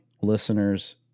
listeners